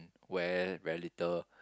wear very little